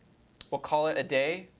we'll call it a day.